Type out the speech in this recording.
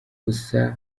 gusa